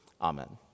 Amen